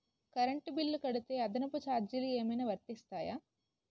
Current bill కడితే అదనపు ఛార్జీలు ఏమైనా వర్తిస్తాయా?